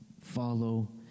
follow